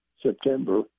September